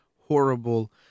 horrible